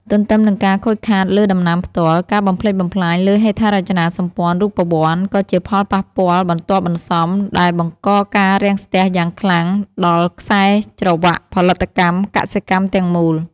ទន្ទឹមនឹងការខូចខាតលើដំណាំផ្ទាល់ ការបំផ្លិចបំផ្លាញលើហេដ្ឋារចនាសម្ព័ន្ធរូបវន្តក៏ជាផលប៉ះពាល់បន្ទាប់បន្សំដែលបង្កការរាំងស្ទះយ៉ាងខ្លាំងដល់ខ្សែច្រវាក់ផលិតកម្មកសិកម្មទាំងមូល។